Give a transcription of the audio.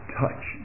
touch